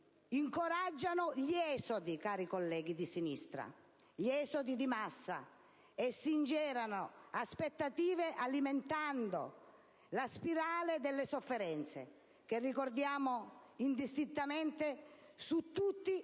incoraggiano gli esodi di massa, cari colleghi di sinistra, e si ingenerano aspettative, alimentando la spirale delle sofferenze, che ricordiamo indistintamente, su tutti e